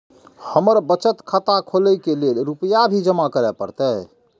हमर बचत खाता खोले के लेल रूपया भी जमा करे परते?